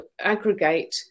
aggregate